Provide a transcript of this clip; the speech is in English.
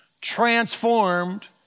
transformed